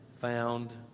found